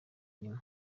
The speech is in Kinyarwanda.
rimwe